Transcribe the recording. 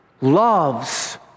loves